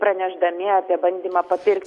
pranešdami apie bandymą papirk